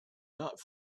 not